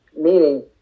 Meaning